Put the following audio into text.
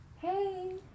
hey